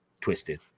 Twisted